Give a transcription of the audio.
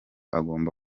agomba